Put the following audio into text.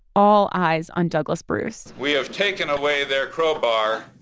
all eyes on douglas bruce we have taken away their crowbar.